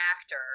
actor